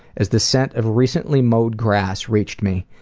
as the scent of recently mowed grass reached me,